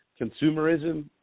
consumerism